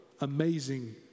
amazing